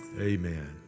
amen